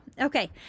Okay